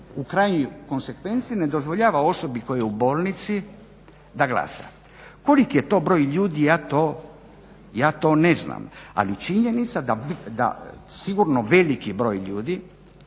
u krajnjoj konsekvenci ne dozvoljava osobi koja je u bolnici da glasa. Kolik je to broj ljudi ja to ne znam, ali činjenica da sigurno veliki broj ljudi